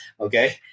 Okay